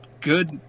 good